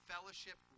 fellowship